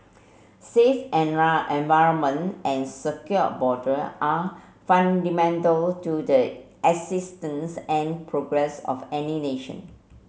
safe environment and secure border are fundamental to the existence and progress of any nation